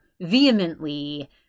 vehemently